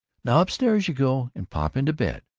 now up-stairs you go, and pop into bed.